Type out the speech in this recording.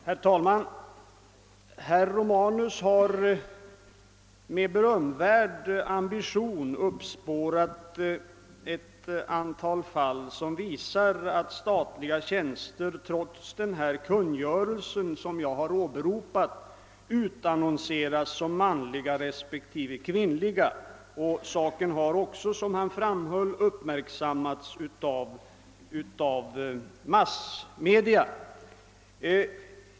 Herr talman! Herr Romanus har med berömvärd ambition uppspårat ett antal fall, där statliga tjänster trots den av mig åberopade kungörelsen utannonseras som manliga respektive kvinnliga. Saken har också, såsom herr Romanus framhöll, uppmärksammats av massmedia.